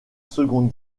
seconde